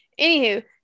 anywho